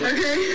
Okay